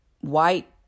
white